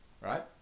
right